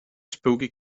spooky